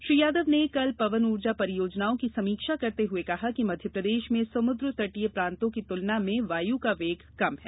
श्री यादव ने कल पवन ऊर्जा परियोजनाओं की समीक्षा करते हुए कहा कि मध्यप्रदेश में समुद्र तटीय प्रांतों की तुलना में वायु का वेग कम है